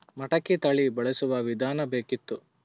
ಮಟಕಿ ತಳಿ ಬಳಸುವ ವಿಧಾನ ಬೇಕಿತ್ತು?